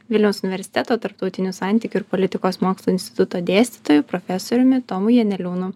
vilniaus universiteto tarptautinių santykių ir politikos mokslų instituto dėstytoju profesoriumi tomu janeliūnu